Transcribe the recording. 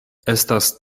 estas